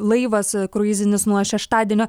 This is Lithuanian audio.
laivas kruizinis nuo šeštadienio